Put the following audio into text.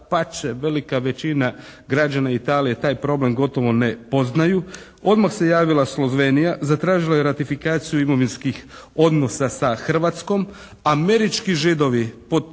Dapače velika većina građana Italije taj problem gotovo ne poznaju. Odmah se javila Slovenija, zatražila je ratifikaciju imovinskih odnosa sa Hrvatskom, američki Židovi